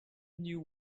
knew